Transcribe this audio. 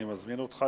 אני מזמין אותך,